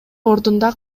ордунда